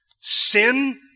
Sin